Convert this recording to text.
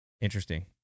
Interesting